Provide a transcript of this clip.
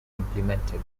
implemented